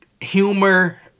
humor